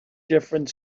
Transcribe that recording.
different